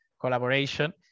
collaboration